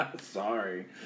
Sorry